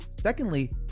secondly